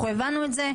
אנחנו הבנו את זה.